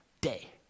day